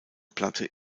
platte